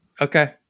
Okay